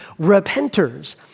repenters